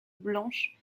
blanche